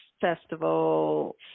festival